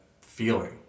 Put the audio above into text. feeling